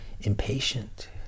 impatient